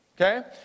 okay